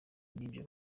nibyo